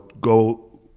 go